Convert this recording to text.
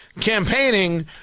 campaigning